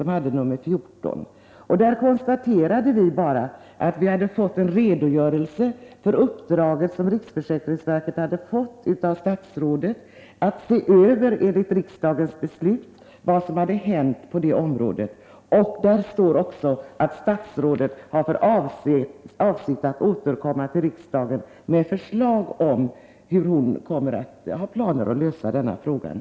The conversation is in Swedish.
I detta betänkande konstaterade utskottet bara att man hade fått en redogörelse för det uppdrag som riksförsäkringsverket hade fått av statsrådet, att enligt riksdagens beslut se över vad som hade hänt på det här aktuella området. Där står det också att statsrådet har för avsikt att återkomma till riksdagen med förslag och planer på hur hon kommer att lösa den här frågan.